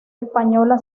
española